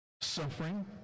Suffering